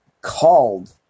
called